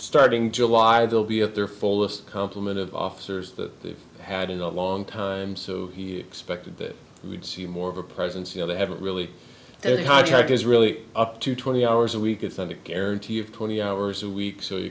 starting july they'll be at their fullest complement of officers that we've had in a long time so he expected that we'd see more of a presence you know they haven't really any contact is really up to twenty hours a week it's not a guarantee of twenty hours a week so